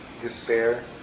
despair